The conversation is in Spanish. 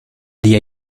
día